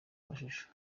amashusho